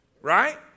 Right